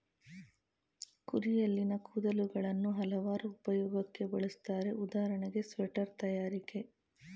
ಕುರಿಯಲ್ಲಿನ ಕೂದಲುಗಳನ್ನು ಹಲವಾರು ಉಪಯೋಗಕ್ಕೆ ಬಳುಸ್ತರೆ ಉದಾಹರಣೆ ಸ್ವೆಟರ್ ತಯಾರಿಕೆ